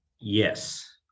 Yes